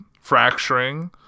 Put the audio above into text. fracturing